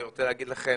אני רוצה להגיד לכם